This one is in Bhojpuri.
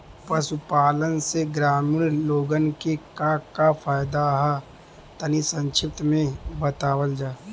पशुपालन से ग्रामीण लोगन के का का फायदा ह तनि संक्षिप्त में बतावल जा?